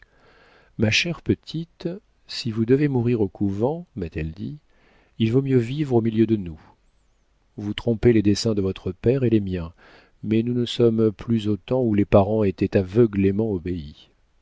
ma chère petite si vous devez mourir au couvent m'a-t-elle dit il vaut mieux vivre au milieu de nous vous trompez les desseins de votre père et les miens mais nous ne sommes plus au temps où les parents étaient aveuglément obéis